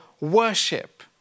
worship